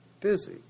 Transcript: busy